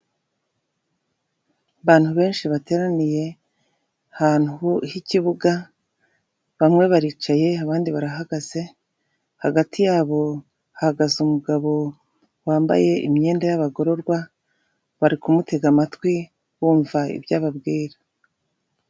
Abantu benshi bateraniye ahantu h'ikibuga bamwe baricaye abandi barahagaze, hagati yabo hahagaze umugabo wambaye imyenda y'abagororwa, bari kumutega amatwi bumva ibyo ababwira.